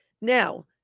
Now